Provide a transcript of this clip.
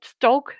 dog